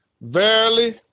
Verily